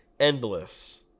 endless